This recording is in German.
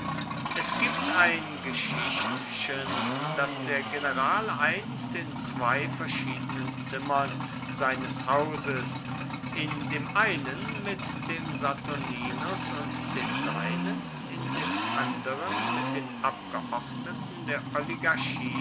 es gibt ein geschichtchen daß der general einst in zwei verschiedenen zimmern seines hauses in dem einen mit dem saturninus und den seinen in dem anderen mit den abgeordneten der